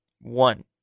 One